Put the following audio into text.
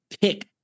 pick